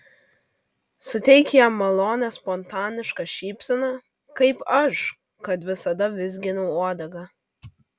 suteik jam malonią spontanišką šypseną kaip aš kad visada vizginu uodegą